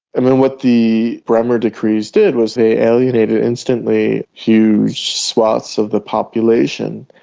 um and what the bremer decrees did was they alienated instantly huge swathes of the population.